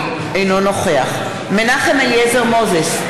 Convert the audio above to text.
אינו נוכח מנחם אליעזר מוזס,